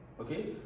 okay